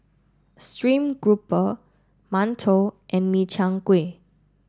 Stream Grouper Mantou and Min Chiang Kueh